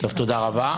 שפרן ליליאן,